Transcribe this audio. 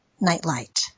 Nightlight